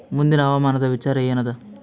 ಮುಂದಿನ ಹವಾಮಾನದ ವಿಚಾರ ಏನದ?